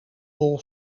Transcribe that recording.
bol